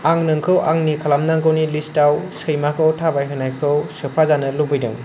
आं नोंखौ आंनि खालामनांगौनि लिस्टायाव सैमाखौ थाबायहोनायखौ सोफाजानो लुबैदों